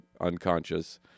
unconscious